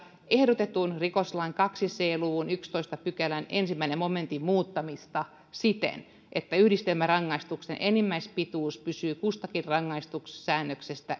ehdotetun rikoslain kaksi c luvun yhdennentoista pykälän ensimmäisen momentin muuttamista siten että yhdistelmärangaistuksen enimmäispituus pysyy kustakin rangaistussäännöksestä